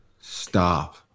Stop